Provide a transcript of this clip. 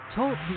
Talk